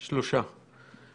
שלושה.